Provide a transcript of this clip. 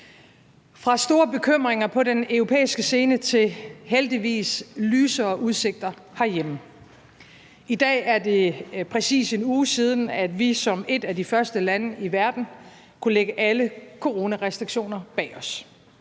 Fra store bekymringer på den europæiske scene går vi videre til heldigvis lysere udsigter herhjemme. I dag er det præcis 1 uge siden, at vi som et af de første lande i verden kunne lægge alle coronarestriktioner bag os.